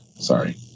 Sorry